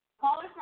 Caller